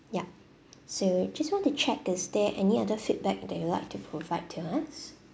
yup so just want to check is there any other feedback that you'd like to provide to us